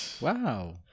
Wow